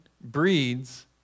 breeds